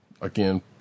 again